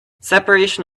separation